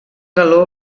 galó